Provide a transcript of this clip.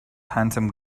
handsome